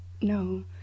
No